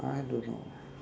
I don't know